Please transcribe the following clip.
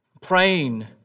praying